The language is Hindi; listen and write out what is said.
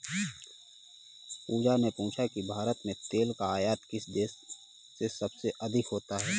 पूजा ने पूछा कि भारत में तेल का आयात किस देश से सबसे अधिक होता है?